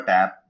Tap